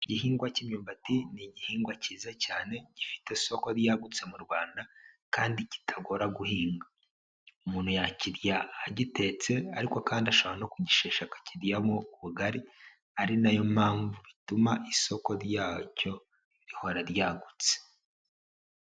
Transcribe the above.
Igihingwa k'imyumbati ni igihingwa kiza cyane gifite isoko ryagutse mu Rwanda kandi kitagora guhinga, umuntu yakirya agitetse ariko kandi ashobora no kugishesha akakiryamo ubugari, ari nayo mpamvu ituma isoko ryacyo rihora ryagutse.